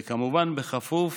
וכמובן בכפוף